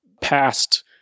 past